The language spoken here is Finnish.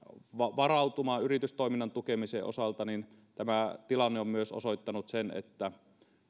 varautumaan yritystoiminnan tukemiseen että tämä tilanne on osoittanut myös sen että